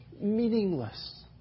meaningless